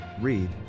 Read